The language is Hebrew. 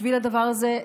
בשביל הדבר הזה.